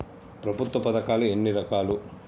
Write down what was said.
ప్రభుత్వ పథకాలు ఎన్ని రకాలు?